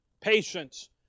patience